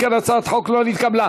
אם כן, הצעת החוק לא נתקבלה.